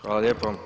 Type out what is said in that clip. Hvala lijepo.